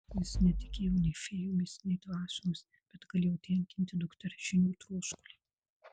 jis netikėjo nei fėjomis nei dvasiomis bet galėjo tenkinti dukters žinių troškulį